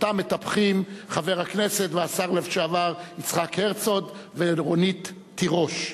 שאותם מטפחים חבר הכנסת והשר לשעבר יצחק הרצוג וחברת הכנסת רונית תירוש.